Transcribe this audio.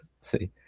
see